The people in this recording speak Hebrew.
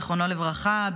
זיכרונו לברכה,